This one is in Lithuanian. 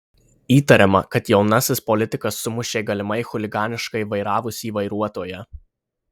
įtariama kad jaunasis politikas sumušė galimai chuliganiškai vairavusį vairuotoją